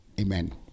Amen